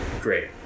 great